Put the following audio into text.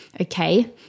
Okay